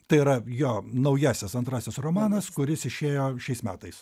tai yra jo naujasias antrasis romanas kuris išėjo šiais metais